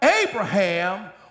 Abraham